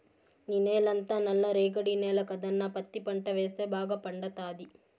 నీ నేలంతా నల్ల రేగడి నేల కదన్నా పత్తి పంట వేస్తే బాగా పండతాది